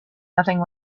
nothing